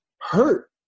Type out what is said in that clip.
hurt